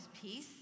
peace